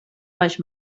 baix